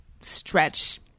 stretch